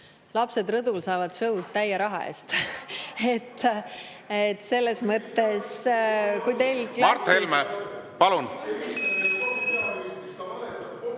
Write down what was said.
Lapsed rõdul saavad sõud täie raha eest. Selles mõttes,